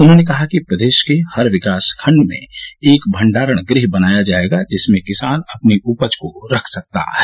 उन्होंने कहा कि प्रदेश के हर विकासखंड में एक भंडारण गृह बनाया जाएगा जिसमें किसान अपनी उपज को रख सकता है